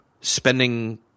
spending